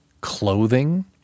clothing